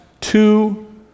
two